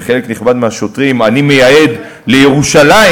וחלק נכבד מהשוטרים אני מייעד לירושלים,